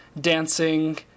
dancing